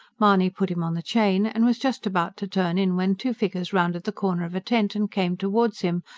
mahony put him on the chain, and was just about to turn in when two figures rounded the corner of a tent and came towards him,